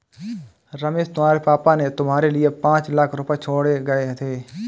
रमेश तुम्हारे पापा ने तुम्हारे लिए पांच लाख रुपए छोड़े गए थे